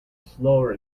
slower